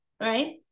Right